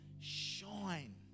shine